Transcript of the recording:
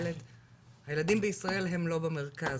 הילדים בישראל הם לא במרכז,